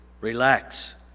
Relax